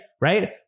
right